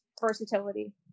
versatility